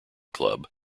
club